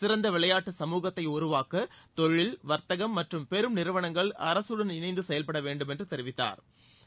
சிறந்தவிளையாட்டு சமூகத்தைஉருவாக்கதொழில் வர்த்தகம் மற்றும் பெரும் நிறுவனங்கள் அரசுடன் இணைந்துசெயல்படவேண்டும் என்றுதெரிவித்தாா்